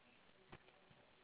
ah ya ya